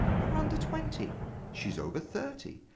you're under twenty she's over thirty.